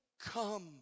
come